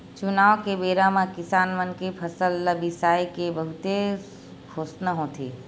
चुनाव के बेरा म किसान मन के फसल ल बिसाए के बहुते घोसना होथे